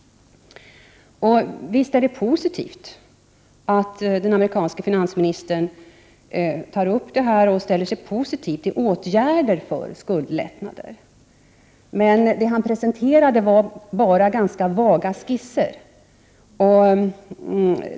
Visst är det tillfredsställande att den amerikanske finansministern tar upp detta och ställer sig positiv till åtgärder för att åstadkomma skuldlättnader. Men det han presenterade var bara ganska vaga skisser.